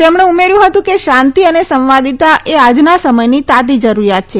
તેમણે ઉમેર્યુ હતું કે શાંતી અને સંવાદિતા એ આજના સમયની તાતી જરૂરીયાત છે